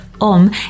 om